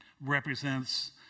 represents